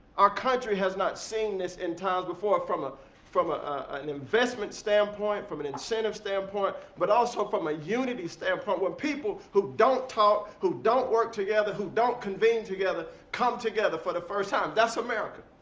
our country has not seen this in times before from ah from ah ah an investment standpoint, from an incentive standpoint, but also from a unity standpoint, where people who don't talk, who don't work together, who don't convene together, come together for the first time. that's america.